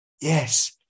Yes